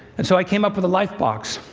and so i came up with a life box,